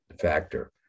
factor